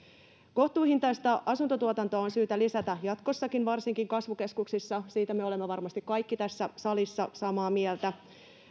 kohtuuhintaista asuntotuotantoa on syytä lisätä jatkossakin varsinkin kasvukeskuksissa siitä me olemme varmasti kaikki tässä salissa samaa mieltä